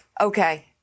Okay